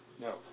No